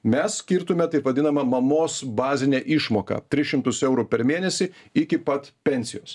mes skirtume taip vadinamą mamos bazinę išmoką tris šimtus eurų per mėnesį iki pat pensijos